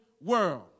world